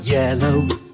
Yellow